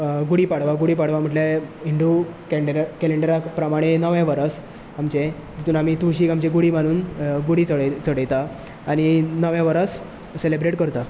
गुढीपाडवां गुढीपाडवा म्हटल्यार हिंदू केंडें केलेंडरा प्रमाणें नवें वर्स आमचे तातूंत आमी तुळशीक आमचे गुढी बादूंन गुढी चडयता आनी नवें वरस सेलेब्रेट करता